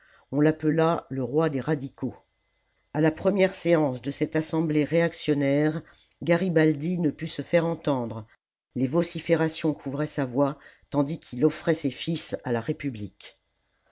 on l'appela le roi des radicaux a la première séance de cette assemblée réactionnaire garibaldi ne put se faire entendre les vociférations couvraient sa voix tandis qu'il offrait ses fils à la république